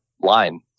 line